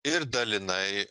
ir dalinai